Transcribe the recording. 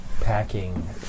packing